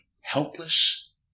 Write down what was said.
helpless